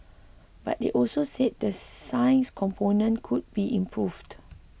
but they also said the science component could be improved